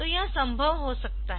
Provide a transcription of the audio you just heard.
तो यह संभव हो सकता है